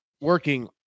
working